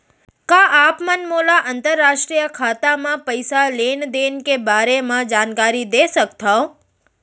का आप मन मोला अंतरराष्ट्रीय खाता म पइसा लेन देन के बारे म जानकारी दे सकथव?